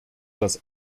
das